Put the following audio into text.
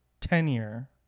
tenure